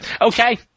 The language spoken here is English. Okay